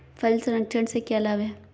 फल संरक्षण से क्या लाभ है?